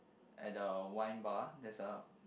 at the wine bar there is a